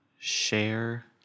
share